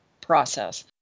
process